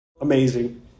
amazing